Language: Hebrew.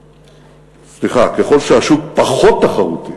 סליחה, ככל שהשוק פחות תחרותי